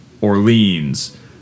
Orleans